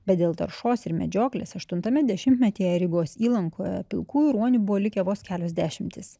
bet dėl taršos ir medžioklės aštuntame dešimtmetyje rygos įlankoje pilkųjų ruonių buvo likę vos kelios dešimtys